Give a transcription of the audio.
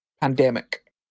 Pandemic